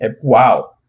Wow